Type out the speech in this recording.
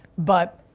but,